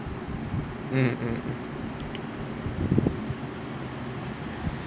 mm mm mm